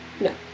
No